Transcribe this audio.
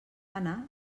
anna